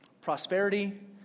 prosperity